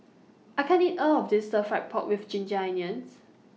I can't eat All of This Stir Fry Pork with Ginger Onions